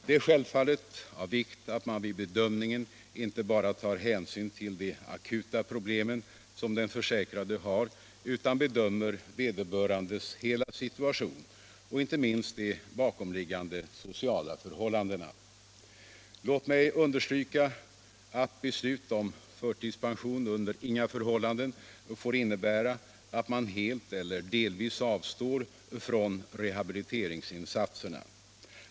Det är självfallet av vikt att man vid bedömningen inte bara tar hänsyn till den försäkrades akuta problem utan bedömer vederbörandes hela situation och inte minst de bakomliggande sociala förhållandena. Låt mig understryka att beslut om förtidspension under inga förhållanden får innebära att man helt eller delvis avstår från rehabiliteringsinsatserna.